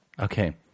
Okay